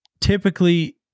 typically